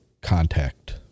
contact